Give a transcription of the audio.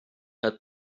had